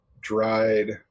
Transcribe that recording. dried